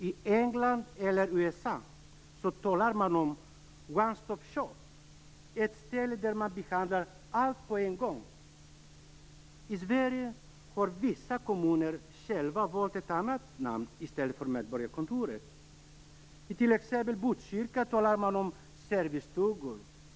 I England och USA talar man om one-stop-shop, ett ställe där man behandlar allt på en gång. I Sverige har vissa kommuner själva valt ett annat namn än Medborgarkontoret. I t.ex. Botkyrka talar man om servicestugor.